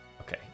Okay